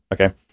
Okay